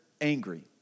angry